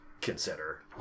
consider